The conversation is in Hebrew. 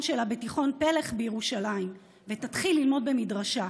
שלה בתיכון פלך בירושלים ותתחיל ללמוד במדרשה.